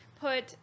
put